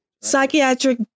psychiatric